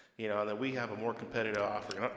you know, that we have a more competitive offering.